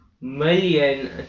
million